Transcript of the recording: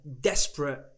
desperate